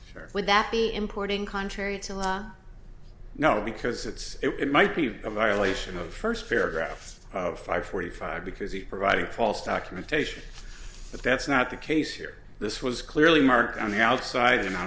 h would that be importing contrary to law no because it's it might be a violation of the first paragraph five forty five because he's providing false documentation but that's not the case here this was clearly marked on the outside